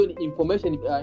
information